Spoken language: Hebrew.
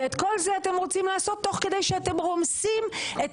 ואת כל זה אתם רוצים לעשות תוך כדי שאתם רומסים את